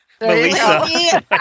Melissa